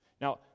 Now